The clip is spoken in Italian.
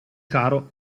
caro